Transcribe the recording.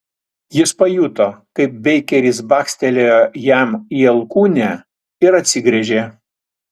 jis pajuto kaip beikeris bakstelėjo jam į alkūnę ir atsigręžė